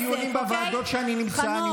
גם בדיונים בוועדות שאני נמצא בהם,